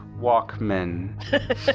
Walkman